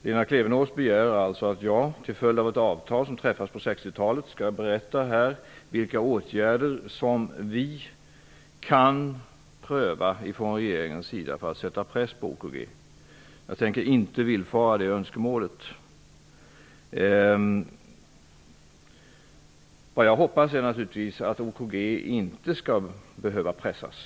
Lena Klevenås begär alltså att jag, till följd av ett avtal som träffades på 1960-talet, skall tala om vilka åtgärder regeringen kan pröva för att stätta press på OKG AB. Jag tänker inte villfara det önskemålet. Jag hoppas naturligtvis att OKG AB inte skall behöva pressas.